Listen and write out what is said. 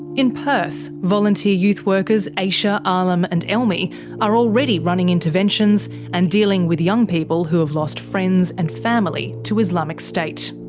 in perth, volunteer youth workers aisha, alim and elmi are already running interventions, and dealing with young people who have lost friends and family to islamic state.